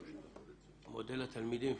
אני מודה לתלמידים